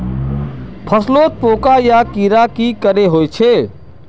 फसलोत पोका या कीड़ा की करे होचे?